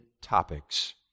topics